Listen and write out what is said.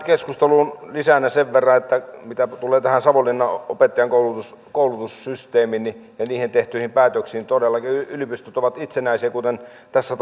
keskusteluun lisänä sen verran mitä tulee tähän savonlinnan opettajankoulutussysteemiin ja siihen tehtyihin päätöksiin että todellakin yliopistot ovat itsenäisiä kuten tässä